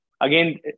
Again